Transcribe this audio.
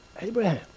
Abraham